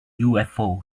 ufo